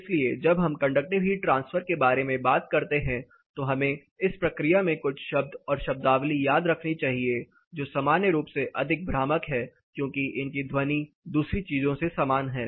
इसलिए जब हम कंडक्टिव हीट ट्रांसफर के बारे में बात करते हैं तो हमें इस प्रक्रिया में कुछ शब्द और शब्दावली याद रखनी चाहिए जो सामान्य रूप से अधिक भ्रामक हैं क्योंकि इनकी ध्वनि दूसरी चीजों से समान है